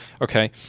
okay